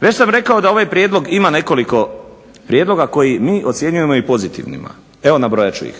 Već sam rekao da ovaj prijedlog ima nekoliko prijedloga koji mi ocjenjujemo i pozitivnima. Evo nabrojat ću ih.